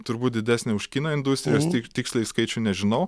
turbūt didesnė už kino industrijos tik tiksliai skaičių nežinau